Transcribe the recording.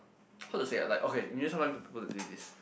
how to say ah like okay you need somebody to do this